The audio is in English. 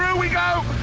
yeah we go!